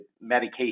medication